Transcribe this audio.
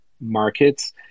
markets